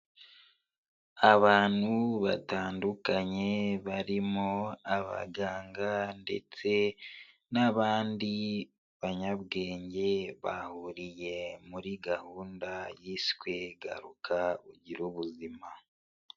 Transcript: Abantu batandukanye barimo abaganga ndetse n'abandi banyabwenge bahuriye muri gahunda yiswe "Garuka ugire ubuzima".